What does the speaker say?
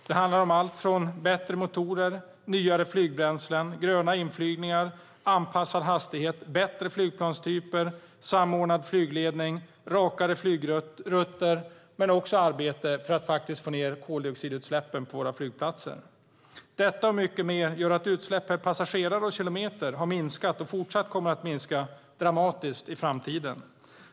Det handlar om allt från bättre motorer, nyare flygbränslen, gröna inflygningar, anpassad hastighet, bättre flygplanstyper, samordnad flygledning och rakare flygrutter men också arbete för att få ned koldioxidutsläppen på våra flygplatser. Detta och mycket mer gör att utsläpp per passagerare och kilometer har minskat och fortsatt kommer att minska dramatiskt i framtiden.